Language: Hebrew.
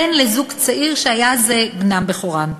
בן לזוג צעיר שהיה זה בנם בכורם.